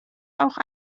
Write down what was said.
auch